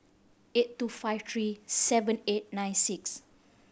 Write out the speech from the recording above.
eight two five three seven eight nine six